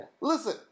Listen